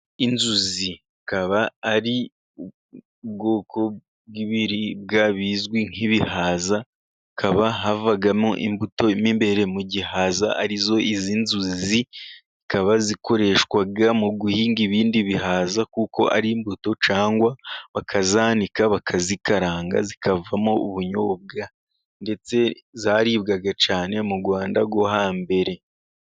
Inzuzi zikaba ari ubwoko bw'ibiribwa bizwi nk'ibihaza, hakaba havamo imbuto mo imbere mu gihaza, ari zo izi nzuzi, zikaba zikoreshwa mu guhinga ibindi bihaza, kuko ari imbuto cyangwa bakazanika, bakazikaranga zikavamo ubunyobwa, ndetse zararibwaga cyane mu Rwanda rwo hambere.